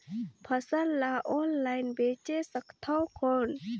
फसल ला ऑनलाइन बेचे सकथव कौन?